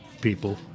people